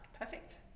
Perfect